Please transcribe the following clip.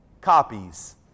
copies